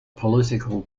political